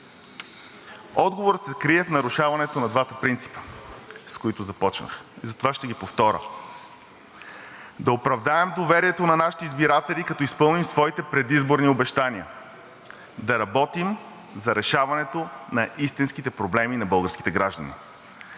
Отговорът се крие в нарушаването на двата принципа, с които започнах, и затова ще ги повторя: да оправдаем доверието на нашите избиратели, като изпълним своите предизборни обещания да работим за решаването на истинските проблеми на българските граждани.